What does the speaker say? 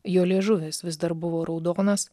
jo liežuvis vis dar buvo raudonas